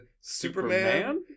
Superman